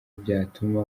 byatuma